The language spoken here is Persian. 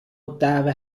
الدعوه